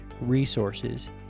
resources